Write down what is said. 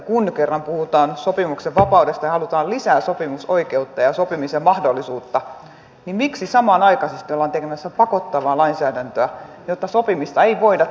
kun kerran puhutaan sopimuksen vapaudesta ja halutaan lisää sopimusoikeutta ja sopimisen mahdollisuutta niin miksi samanaikaisesti ollaan tekemässä pakottavaa lainsäädäntöä jotta sopimista ei voida toteuttaa